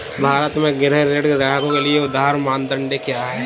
भारत में गृह ऋण ग्राहकों के लिए उधार मानदंड क्या है?